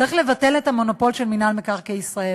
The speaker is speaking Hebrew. צריך לבטל את המונופול של מינהל מקרקעי ישראל.